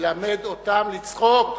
ולמד אותם לצחוק.